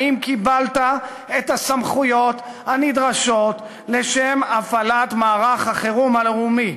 האם קיבלת את הסמכויות הנדרשות לשם הפעלת מערך החירום הלאומי?